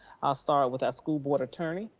i'll start with our school board attorney,